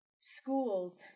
schools